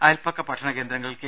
അയൽപ്പക്ക പഠന കേന്ദ്രങ്ങൾ കെ